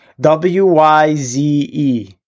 W-Y-Z-E